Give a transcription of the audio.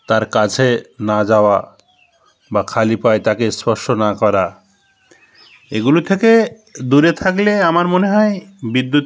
তার কাছে না যাওয়া বা খালি পায়ে তাকে স্পর্শ না করা এগুলো থেকে দূরে থাকলে আমার মনে হয় বিদ্যুৎ